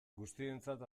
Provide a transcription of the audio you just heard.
guztientzat